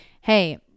Hey